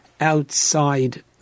outside